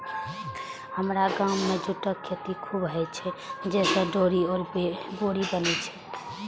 हमरा गाम मे जूटक खेती खूब होइ छै, जइसे डोरी आ बोरी बनै छै